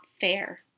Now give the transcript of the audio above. fair